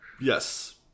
yes